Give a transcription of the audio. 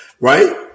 Right